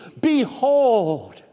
behold